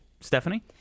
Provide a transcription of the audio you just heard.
Stephanie